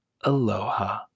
Aloha